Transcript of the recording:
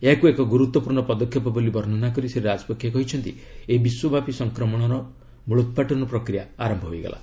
ଏହାକୁ ଏକ ଗୁରୁତ୍ୱପୂର୍ଣ୍ଣ ପଦକ୍ଷେପ ବୋଲି ବର୍ଷନା କରି ଶ୍ରୀ ରାଜପକ୍ଷେ କହିଛନ୍ତି ଏହି ବିଶ୍ୱବ୍ୟାପୀ ସଂକ୍ରମଣର ମୂଳୋତ୍ପାଟନ ପ୍ରକ୍ରିୟା ଆରମ୍ଭ ହୋଇଗଲା